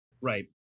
Right